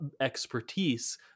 expertise